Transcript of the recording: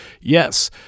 Yes